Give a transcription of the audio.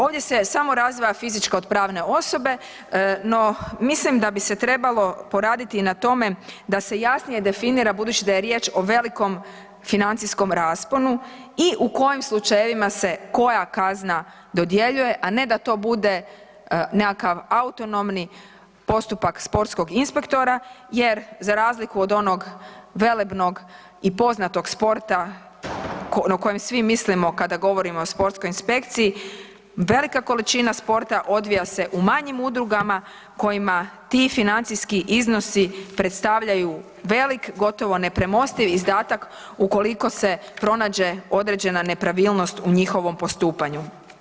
Ovdje se samo razdvaja fizička od pravne osobe no mislim da bi se trebalo poraditi na tome da se jasnije definira budući da je riječ o velikom financijskom rasponu i u kojem slučajevima se koja kazna dodjeljuje, a ne da to bude nekakav autonomni postupak sportskog inspektora jer za razliku od onoga velebnog i poznatog sporta o kojem svi mislimo kada govorimo o sportskoj inspekciji, velika količina sporta odvija se u manjim udrugama kojima ti financijski iznosi predstavljaju velik, gotovo nepremostivi izdatak ukoliko se pronađe određena nepravilnost u njihovom postupanju.